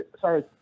Sorry